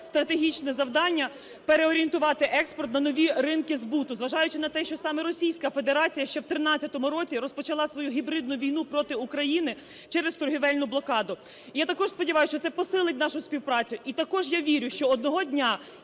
стратегічне завдання – переорієнтувати експорт на нові ринки збуту, зважаючи на те, що саме Російська Федерація ще в 2013 році розпочала свою гібридну війну проти України через торгівельну блокаду. Я також сподіваюсь, що це посилить нашу співпрацю. І також я вірю, що одного дня